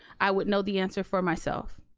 i would know the answer for myself.